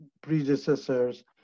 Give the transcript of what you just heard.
predecessors